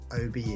OBE